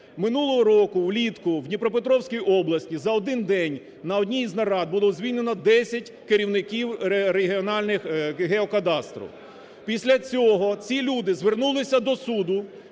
минулого року влітку в Дніпропетровській області за один день на одній з нарад було звільнено 10 керівників регіональних геокадастру. Після цього ці люди звернулися до суду,